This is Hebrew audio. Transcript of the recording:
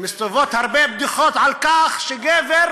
ומסתובבות הרבה בדיחות על כך שגבר,